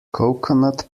coconut